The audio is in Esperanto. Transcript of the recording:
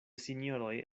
sinjoroj